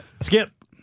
Skip